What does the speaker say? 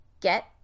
get